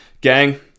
Gang